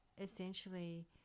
essentially